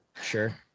sure